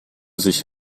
sich